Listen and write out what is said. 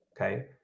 okay